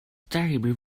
terribly